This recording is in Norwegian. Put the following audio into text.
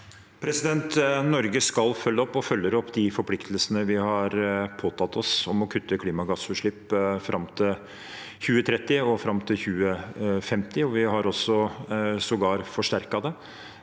opp og følger opp de forpliktelsene vi har påtatt oss om å kutte klimagassutslipp fram til 2030 og fram til 2050. Vi har sågar forsterket det